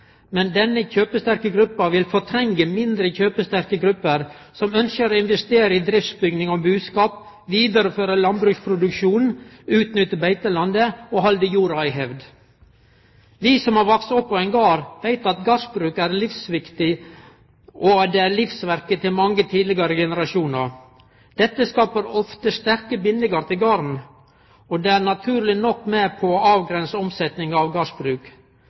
Men denne kjøpesterke gruppa vil fortrengje mindre kjøpesterke grupper som ønskjer å investere i driftsbygning og buskap, vidareføre landbruksproduksjonen, utnytte beitelandet og halde jorda i hevd. Vi som har vakse opp på ein gard, veit at gardsbruk er livsverket til mange tidlegare generasjonar. Dette skaper ofte sterke bindingar til garden, og det er naturleg nok med på å avgrense omsetning av